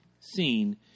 seen